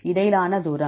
இடையிலான தூரம்